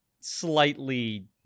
slightly